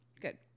Good